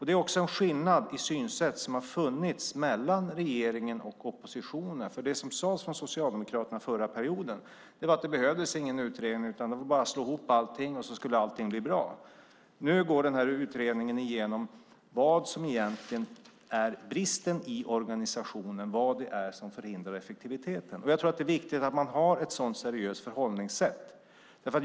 Det är också en skillnad i synsätt som har funnits mellan regeringen och oppositionen. Det som sades från Socialdemokraterna förra perioden var att det inte behövdes någon utredning. Det var bara att slå ihop allting, och så skulle allting bli bra. Nu går utredningen igenom vad som egentligen är bristen i organisationen och vad som förhindrar effektiviteten. Det är viktigt att man har ett sådant seriöst förhållningssätt.